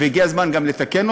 והגיע הזמן גם לתקן,